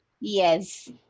Yes